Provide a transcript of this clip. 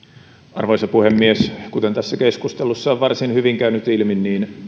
arvoisa puhemies kuten tässä keskustelussa on varsin hyvin käynyt ilmi